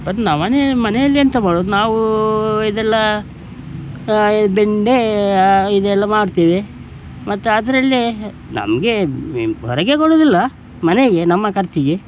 ಅದು ನಾನು ಮನೆ ಮನೆಯಲ್ಲಿ ಎಂತ ಮಾಡೋದು ನಾವು ಇದೆಲ್ಲ ಬೆಂಡೆ ಇದೆಲ್ಲ ಮಾಡ್ತೇವೆ ಮತ್ತೆ ಅದರಲ್ಲೆ ನಮಗೆ ಏನು ಹೊರಗೆ ಕೊಡುವುದಿಲ್ಲ ಮನೆಗೆ ನಮ್ಮ ಖರ್ಚಿಗೆ